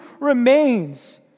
remains